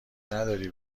نداری